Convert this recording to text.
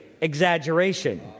exaggeration